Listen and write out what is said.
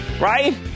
Right